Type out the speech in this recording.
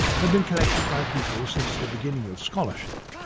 have been collected by people since the beginning of scholarship.